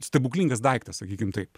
stebuklingas daiktas sakykim taip